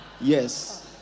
Yes